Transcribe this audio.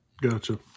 Gotcha